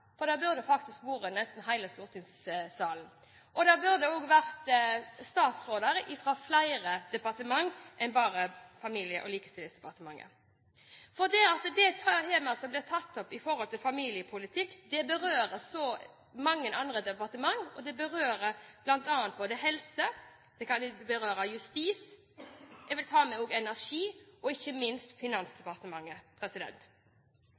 Det burde faktisk vært nesten hele Stortinget. Det burde også vært statsråder fra flere departementer enn bare Barne-, likestillings- og inkluderingsdepartementet. Det temaet som blir tatt opp i forhold til familiepolitikk, berører mange andre departementer. Det berører bl.a. helse, det kan berøre justis, og jeg vil også ta med energi, og ikke minst